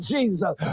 Jesus